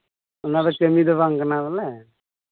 ᱱᱚᱣᱟ ᱫᱚ ᱠᱟᱹᱢᱤ ᱫᱚ ᱵᱟᱝ ᱠᱟᱱᱟ ᱵᱚᱞᱮ